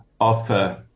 offer